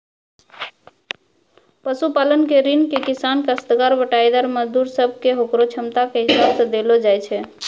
पशुपालन के ऋण किसान, कास्तकार, बटाईदार, मजदूर सब कॅ होकरो क्षमता के हिसाब सॅ देलो जाय छै